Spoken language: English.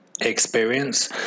experience